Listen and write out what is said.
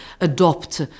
adopt